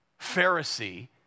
Pharisee